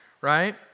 right